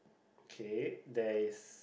okay there's